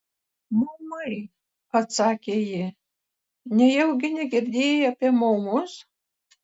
maumai atsakė ji nejaugi negirdėjai apie maumus